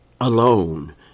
alone